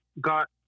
got